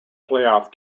playoff